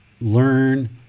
learn